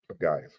Guys